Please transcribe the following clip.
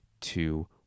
two